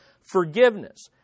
Forgiveness